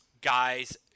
Guys